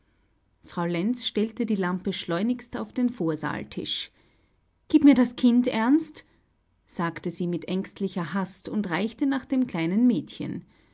frau lenz stellte die lampe schleunigst auf den vorsaaltisch gib mir das kind ernst sagte sie mit ängstlicher hast und reichte nach dem kleinen mädchen